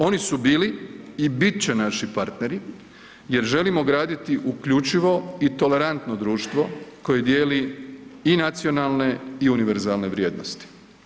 Oni su bili i bit će naši partneri jer želimo graditi uključivo i tolerantno društvo koje dijeli i nacionalne i univerzalne vrijednosti.